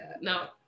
No